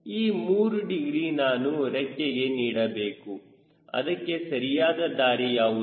ಈ 3 ಡಿಗ್ರಿ ನಾನು ರೆಕ್ಕೆಗೆ ನೀಡಬೇಕು ಅದಕ್ಕೆ ಸರಿಯಾದ ದಾರಿ ಯಾವುದು